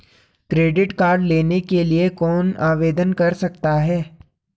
Credit card लेने के लिए कौन आवेदन कर सकता है?